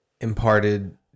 imparted